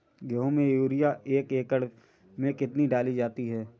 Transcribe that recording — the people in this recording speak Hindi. गेहूँ में यूरिया एक एकड़ में कितनी डाली जाती है?